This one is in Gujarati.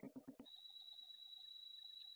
હવે શું થઈ રહ્યું છે